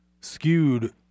skewed